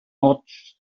ots